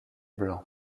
blanc